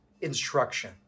instruction